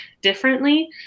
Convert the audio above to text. differently